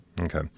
Okay